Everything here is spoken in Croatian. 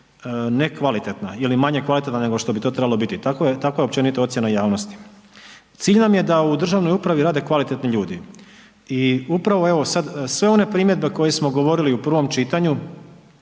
nekvalitetna ili manje kvalitetna nego što bi to trebalo biti, tako je općenito ocjena javnosti. Cilj nam je da u državnoj upravi rade kvalitetni ljudi i upravo evo sad sve one primjedbe koje smo govorili u prvom čitanju